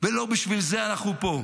ולא בשביל זה אנחנו פה.